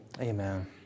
Amen